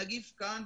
הנגיף כאן,